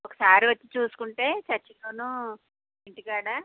ఒకసారి వచ్చి చూసుకుంటే చర్చిలోనూ ఇంటికాడ